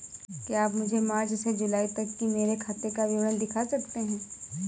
क्या आप मुझे मार्च से जूलाई तक की मेरे खाता का विवरण दिखा सकते हैं?